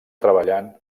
treballant